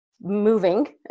moving